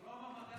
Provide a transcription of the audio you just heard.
הוא לא אמר מתי